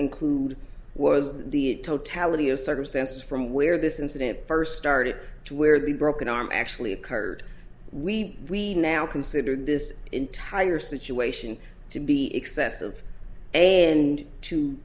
include was the totality of circumstances from where this incident first started to where the broken arm actually occurred we we now consider this entire situation to be excessive and to